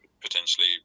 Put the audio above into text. potentially